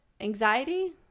anxiety